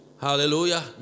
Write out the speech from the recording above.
Hallelujah